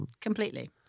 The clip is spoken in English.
Completely